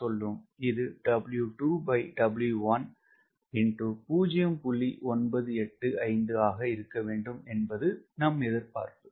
இது ஆக இருக்க வேண்டும் என்பது எதிர்பார்ப்பு